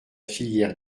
filière